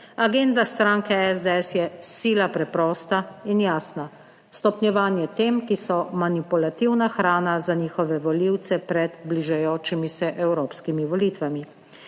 Agenda stranke SDS je sila preprosta in jasna: stopnjevanje tem, ki so manipulativna hrana za njihove volivce pred bližajočimi se evropskimi volitvami.